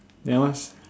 then what's